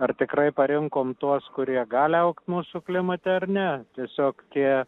ar tikrai parinkom tuos kurie gali augt mūsų klimate ar ne tiesiog tie